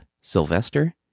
Sylvester